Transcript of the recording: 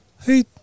Hey